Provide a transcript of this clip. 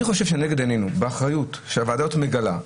אני חושב שנגד עינינו והאחריות שהוועדה הזאת מגלה,